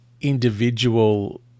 individual